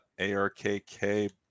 ARKK